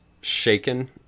shaken